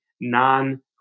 non